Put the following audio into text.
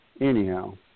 Anyhow